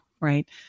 right